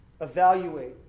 evaluate